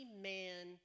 man